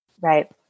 Right